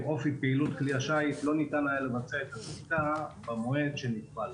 אופי פעילות כלי השיט לא ניתן היה לבצע את הבדיקה במועד שנקבע לה,